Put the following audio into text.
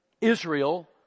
Israel